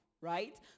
right